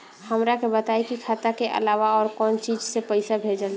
हमरा के बताई की खाता के अलावा और कौन चीज से पइसा भेजल जाई?